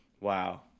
wow